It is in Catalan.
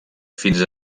fins